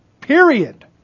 period